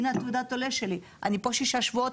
הנה תעודת העולה שלי אני פה שישה שבועות